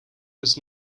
was